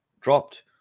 dropped